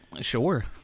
Sure